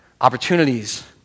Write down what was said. Opportunities